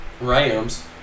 Rams